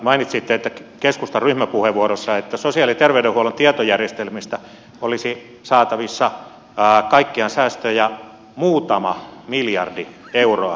mainitsitte keskustan ryhmäpuheenvuorossa että sosiaali ja terveydenhuollon tietojärjestelmistä olisi saatavissa kaikkiaan säästöjä muutama miljardi euroa